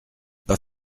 pas